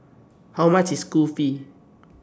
How much IS Kulfi